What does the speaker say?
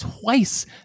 Twice